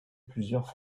plusieurs